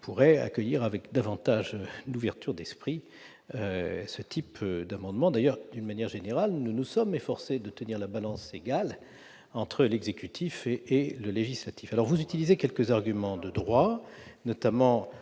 pourrait accueillir avec davantage d'ouverture d'esprit un tel amendement. D'ailleurs, de manière générale, nous nous sommes efforcés de tenir la balance égale entre l'exécutif et le législatif. C'est tout à fait normal ! Vous utilisez quelques arguments de droit. Vous